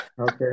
Okay